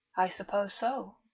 i suppose so.